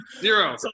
Zero